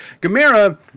Gamera